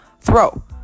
throw